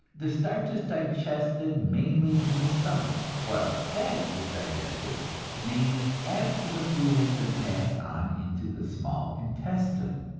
the starch is digested mainly in the stomach, while the fat is digested mainly after the food has been passed on into the small intestine.